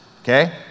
Okay